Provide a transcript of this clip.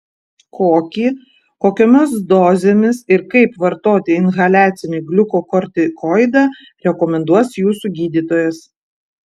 kokį kokiomis dozėmis ir kaip vartoti inhaliacinį gliukokortikoidą rekomenduos jūsų gydytojas